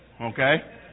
Okay